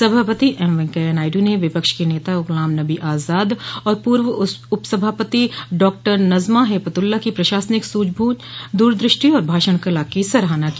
सभापति एम वेंकैया नायडू ने विपक्ष के नेता गुलाम नबी आजाद और पूर्व उपसभापति डॉ नजमा हेपतुल्ला की प्रशासनिक सूझबूझ दूरदृष्टि और भाषण कला की सराहना की